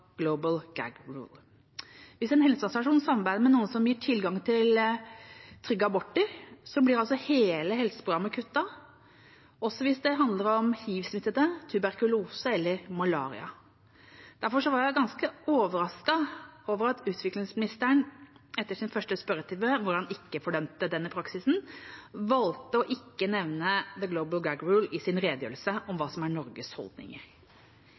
global gag rule». Hvis en helseorganisasjon samarbeider med noen som gir tilgang til trygge aborter, blir altså hele helseprogrammet kuttet, også hvis det handler om hivsmittede, tuberkulose eller malaria. Derfor var jeg ganske overrasket over at utviklingsministeren, som etter sin første spørretime ikke fordømte denne praksisen, valgte ikke å nevne «the global gag rule» i sin redegjørelse om hva som er Norges